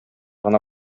гына